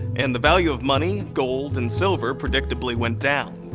and the value of money, gold and silver. predictably went down.